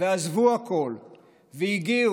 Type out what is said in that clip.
עזבו הכול והגיעו,